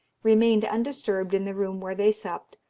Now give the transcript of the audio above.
remained undisturbed in the room where they supped,